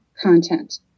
content